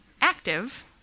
active